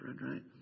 right